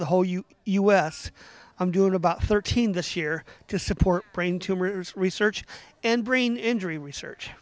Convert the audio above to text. the whole you u s i'm doing about thirteen this year to support brain tumors research and brain injury research